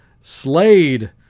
Slade